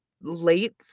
late